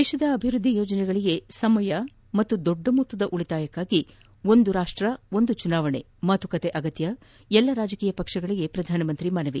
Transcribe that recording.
ದೇಶದ ಅಭಿವ್ನದ್ದಿ ಯೋಜನೆಗಳಿಗೆ ಸಮಯ ಮತ್ತು ದೊಡ್ಡ ಮೊತ್ತದ ಉಳಿತಾಯಕ್ಕಾಗಿ ಒಂದು ರಾಷ್ಷ ಒಂದು ಚುನಾವಣೆ ಮಾತುಕತೆ ಅಗತ್ಯ ಎಲ್ಲ ರಾಜಕೀಯ ಪಕ್ಷಗಳಿಗೆ ಪ್ರಧಾನಮಂತ್ರಿ ಮನವಿ